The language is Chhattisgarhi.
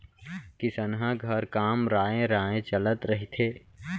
किसनहा घर काम राँय राँय चलत रहिथे